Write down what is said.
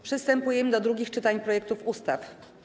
Przystępujemy do drugiego czytania projektów ustaw.